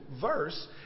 verse